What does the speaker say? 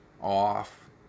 Off